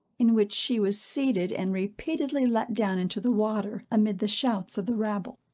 in which she was seated and repeatedly let down into the water, amid the shouts of the rabble.